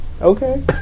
Okay